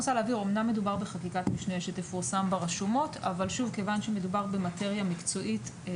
הצולל כשיר לכך מבחינה רפואית לפי השאלון הרפואי או